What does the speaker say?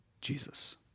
Jesus